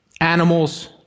Animals